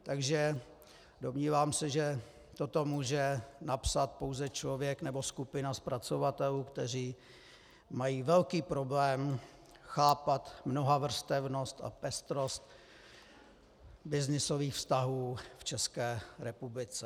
Takže se domnívám, že toto může napsat pouze člověk nebo skupina zpracovatelů, kteří mají velký problém chápat mnohavrstevnost a pestrost byznysových vztahů v České republice.